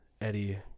Eddie